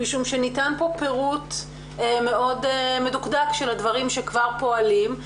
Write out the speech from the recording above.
משום שניתן פה פירוט מאוד מדוקדק של הדברים שכבר פועלים.